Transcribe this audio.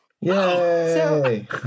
Yay